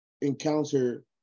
encounter